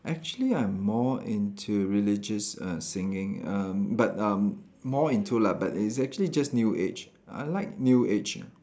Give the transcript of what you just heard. actually I'm more into religious uh singing um but um more into lah but it's actually just new age I like new age ah